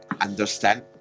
understand